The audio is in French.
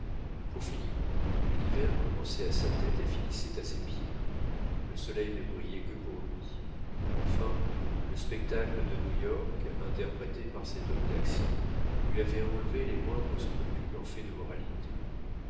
pour philippe l'univers commençait à sa tête et finissait à ses pieds le soleil ne brillait que pour lui enfin le spectacle de new-york interprété par cet homme d'action lui avait enlevé les moindres scrupules en fait de moralité